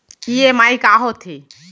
EMI का होथे?